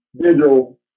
digital